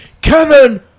Kevin